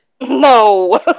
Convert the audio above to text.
No